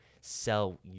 sell